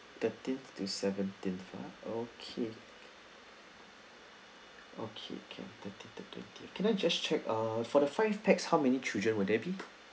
thirteen to seventeen ah okay okay can thirteen to twentieth can I just check uh for the five pax how many children would there be